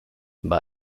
bei